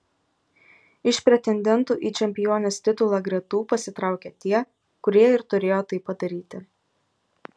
iš pretendentų į čempionės titulą gretų pasitraukė tie kurie ir turėjo tai padaryti